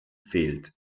fehlt